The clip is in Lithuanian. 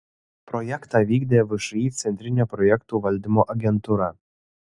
projektą vykdė všį centrinė projektų valdymo agentūra